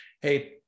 hey